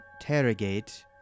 interrogate